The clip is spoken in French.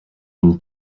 une